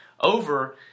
over